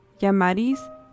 Yamaris